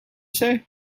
say